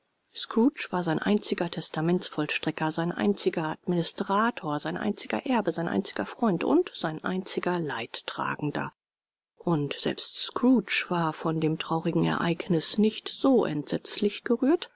scrooge war sein einziger testamentsvollstrecker sein einziger administrator sein einziger erbe sein einziger freund und sein einziger leidtragender und selbst scrooge war von dem traurigen ereignis nicht so entsetzlich gerührt